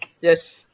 yes